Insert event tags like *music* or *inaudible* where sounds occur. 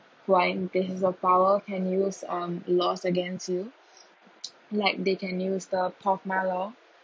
who are in places of power can use um loss against you *breath* *noise* like they can use the porthmellow